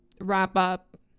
wrap-up